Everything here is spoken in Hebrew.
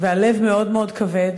והלב מאוד מאוד כבד.